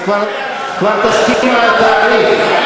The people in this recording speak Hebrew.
תסכים כבר על התאריך,